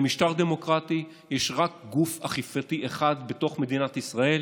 במשטר דמוקרטי יש רק גוף אכיפתי אחד בתוך מדינת ישראל,